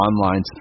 online